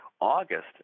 August